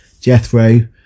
Jethro